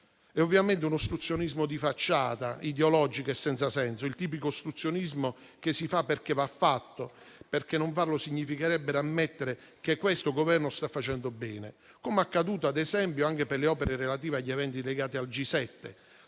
È ovviamente un ostruzionismo di facciata, ideologico e senza senso; il tipico ostruzionismo che si fa perché va fatto e perché non farlo significherebbe ammettere che questo Governo sta facendo bene. Ciò è accaduto ad esempio anche per le opere relative agli eventi legati al G7.